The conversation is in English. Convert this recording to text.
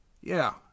Yeah